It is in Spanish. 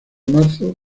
marzo